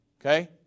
okay